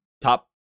top